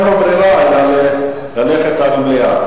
אין לו ברירה אלא ללכת על מליאה.